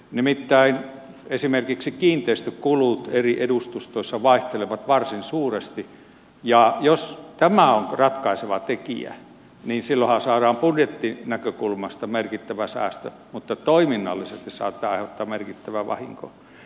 nimittäin esimerkiksi kiinteistökulut eri edustustoissa vaihtelevat varsin suuresti ja jos tämä on ratkaiseva tekijä niin silloinhan saadaan budjettinäkökulmasta merkittävä säästö mutta toiminnallisesti se saattaa aiheuttaa merkittävää vahinkoa